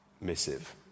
missive